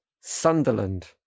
Sunderland